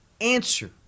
answer